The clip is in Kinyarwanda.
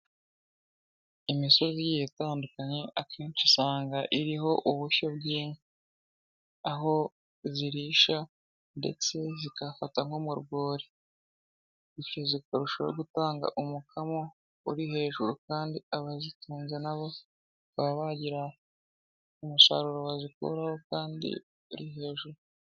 Imisozi igiye itandukanye akenshi usanga iriho ubushyo bw'inka, aho zirisha ndetse zikahafata nko mu rwuri bityo zikarushaho gutanga umukamo uri hejuru kandi abazitunze na bo bakaba bagira umusaruro bazikuraho kandi uri hejuru.